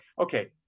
okay